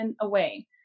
away